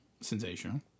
Sensational